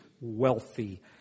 wealthy